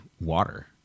water